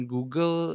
Google